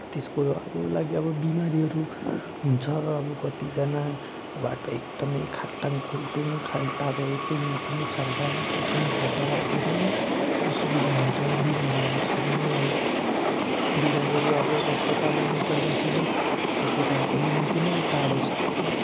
त्यसको अब लागि अब बिमारीहरू हुन्छ अब कतिजना बाटो एकदमै खाल्टाङखुल्टुङ खाल्टा भएको यहाँ पनि खाल्टा त्यहाँ पनि खाल्टा धेरै नै असुविधा हुन्छ बिमारीहरू छ भने अब बिमारीहरू अब अस्पताल लानु पर्दाखेरि अस्पताल पनि निक्कै नै टाडो छ